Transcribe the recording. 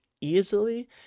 easily